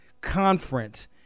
Conference